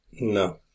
No